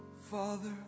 Father